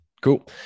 Cool